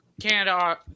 Canada